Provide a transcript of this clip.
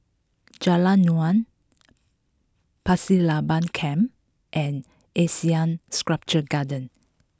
Jalan Naung Pasir Laba Camp and Asean Sculpture Garden